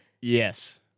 yes